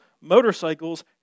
motorcycles